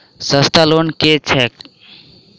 सस्ता लोन केँ छैक